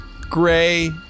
gray